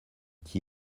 qui